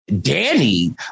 Danny